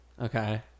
Okay